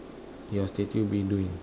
your statue be doing